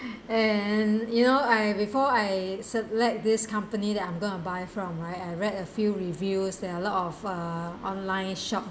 and you know I before I set let this company that I'm going to buy from right I read a few reviews there are a lot of uh online shop